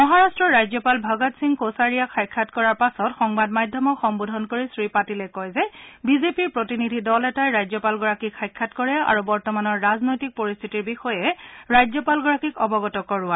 মহাৰাট্টৰ ৰাজ্যপাল ভগৎ সিং কোচিয়াৰিক সাক্ষাৎ কৰাৰ পাছত সংবাদ মাধ্যমক সম্বোধন কৰি শ্ৰী পাটিলে কয় যে বিজেপিৰ প্ৰতিনিধি দল এটাই ৰাজ্যপালগৰাকীক সাক্ষাৎ কৰে আৰু বৰ্তমানৰ ৰাজনৈতিক পৰিস্থিতিৰ বিষয়ে ৰাজ্যপালগৰাকীক অৱগত কৰায়